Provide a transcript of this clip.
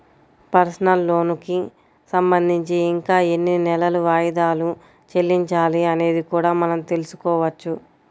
personal లోనుకి సంబంధించి ఇంకా ఎన్ని నెలలు వాయిదాలు చెల్లించాలి అనేది కూడా మనం తెల్సుకోవచ్చు